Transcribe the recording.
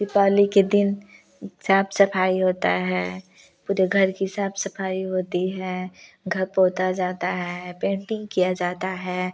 दिवाली के दिन साफ सफाई होता है पूरे घर की साफ सफाई होती हैं घर पोता जाता है पेंटिंग किया जाता है